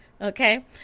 okay